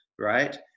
right